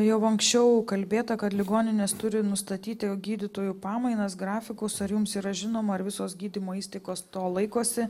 jau anksčiau kalbėta kad ligoninės turi nustatyti gydytojų pamainas grafikus ar jums yra žinoma ar visos gydymo įstaigos to laikosi